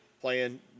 playing